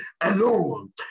alone